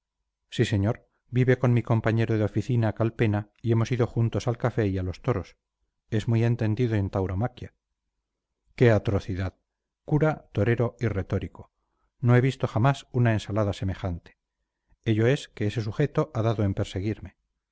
sí señor vive con mi compañero de oficina calpena y hemos ido juntos al café y a los toros es muy entendido en tauromaquia qué atrocidad cura torero y retórico no he visto jamás una ensalada semejante ello es que ese sujeto ha dado en perseguirme